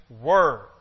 Word